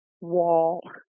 wall